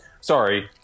sorry